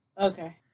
Okay